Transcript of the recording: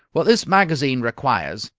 what this magazine requires,